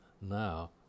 now